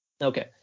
Okay